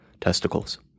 testicles